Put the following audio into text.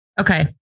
okay